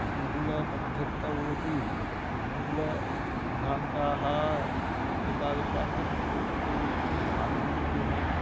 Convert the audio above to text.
अङ्गलपद्धतौ अपि मूलसिद्धान्ताः एतादृशाः सन्ति किन्तु ततु आनुगुण्येन